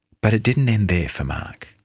but it didn't end there for mark.